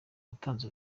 yatanze